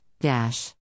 dash